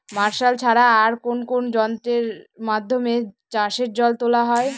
Martial ছাড়া আর কোন কোন যন্ত্রেরর মাধ্যমে চাষের জল তোলা হয়?